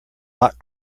hot